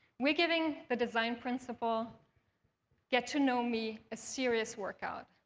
we're giving the design principle get to know me a serious workout.